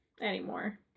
anymore